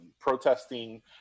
protesting